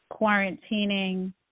quarantining